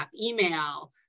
email